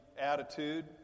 attitude